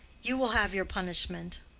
you will have your punishment.